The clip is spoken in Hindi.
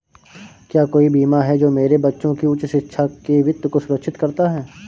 क्या कोई बीमा है जो मेरे बच्चों की उच्च शिक्षा के वित्त को सुरक्षित करता है?